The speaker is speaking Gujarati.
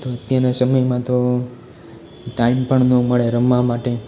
તો અત્યારના સમયમાં તો ટાઈમ પણ ના મળે રમવા માટે